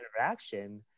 interaction